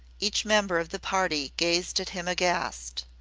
each member of the party gazed at him aghast.